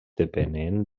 depenent